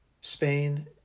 Spain